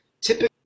Typically